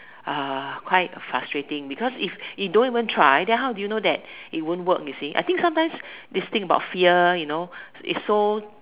quite frustrating because if you don't even try then how do you even know that it won't work you see I think sometimes this thing about fear you know it's so